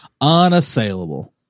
Unassailable